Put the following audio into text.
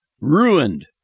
ruined